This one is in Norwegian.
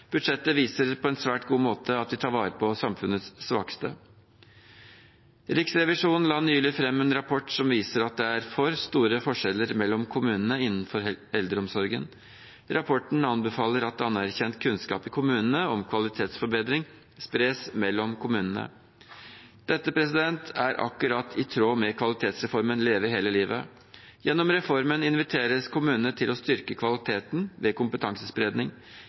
Budsjettet viser på en svært god måte at vi tar vare på samfunnets svakeste. Riksrevisjonen la nylig fram en rapport som viser at det er for store forskjeller mellom kommunene innenfor eldreomsorgen. Rapporten anbefaler at anerkjent kunnskap i kommunene om kvalitetsforbedring spres mellom kommunene. Dette er akkurat i tråd med kvalitetsreformen «Leve hele livet». Gjennom reformen inviteres kommunene til å styrke kvaliteten ved kompetansespredning.